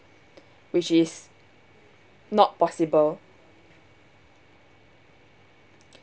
which is not possible